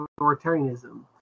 authoritarianism